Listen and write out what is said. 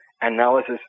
analysis